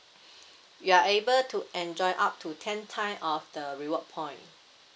you are able to enjoy up to ten time of the reward point